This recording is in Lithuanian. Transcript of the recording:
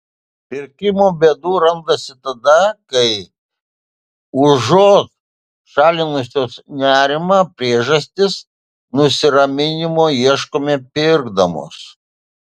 pirkimo bėdų randasi tada kai užuot šalinusios nerimo priežastis nusiraminimo ieškome pirkdamos